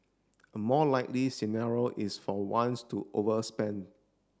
a more likely scenario is for once to overspend